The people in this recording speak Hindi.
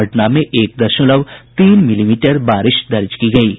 पटना में एक दशमलव तीन मिलीमीटर बारिश दर्ज की गयी है